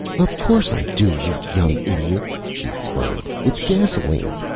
of course i do, you young idiot, she exclaimed. it's gasoline.